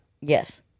yes